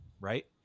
right